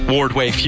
Wardway